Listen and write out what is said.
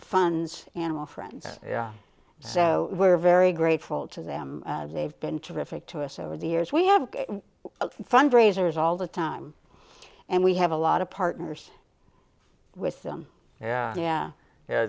funds animal friends yeah so we're very grateful to them they've been terrific to us over the years we have fundraisers all the time and we have a lot of partners with them yeah yeah yeah